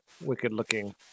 wicked-looking